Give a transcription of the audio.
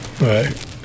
Right